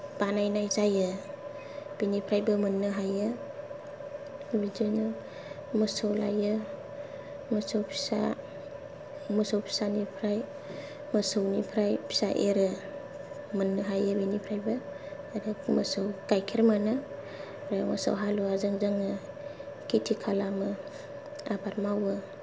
बानायनाय जायो बिनिफ्रायबो मोननो हायो बिदिनो मोसौ लायो मोसौ फिसा मोसौ फिसानिफ्राय मोसौनिफ्राय फिसा एरो मोननो हायो बेनिफ्रायबो आरो मोसौ गाइखेर मोननो हायो आरो मोसौ हालुवाजों जोङो खेथि खालामो आबाद मावो